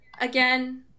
again